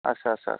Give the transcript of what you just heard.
आदसा